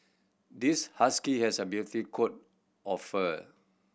this husky has a beauty coat of fur